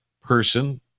person